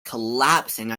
collapsing